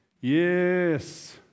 yes